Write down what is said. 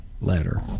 letter